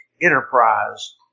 enterprise